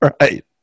Right